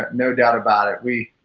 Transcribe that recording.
no doubt about it. we